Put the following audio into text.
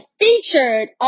featured